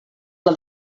pla